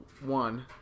One